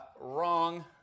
wrong